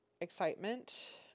excitement